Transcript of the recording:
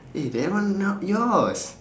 eh that one not yours